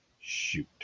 Shoot